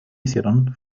hicieron